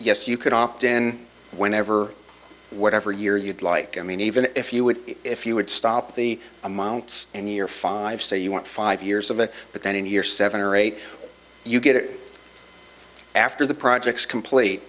yes you could opt in whenever whatever year you'd like i mean even if you would if you would stop the amounts and year five say you want five years of it but then in year seven or eight you get after the projects complete